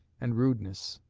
and rudeness.